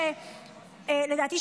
לדעתי,